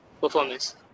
performance